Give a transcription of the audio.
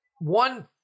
one